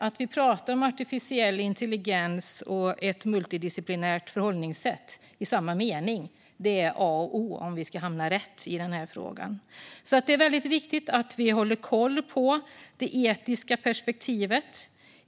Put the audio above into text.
Att vi pratar om artificiell intelligens och ett multidisciplinärt förhållningssätt i samma mening är A och O om vi ska hamna rätt i denna fråga. Det är väldigt viktigt att vi håller koll på det etiska perspektivet.